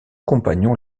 compagnon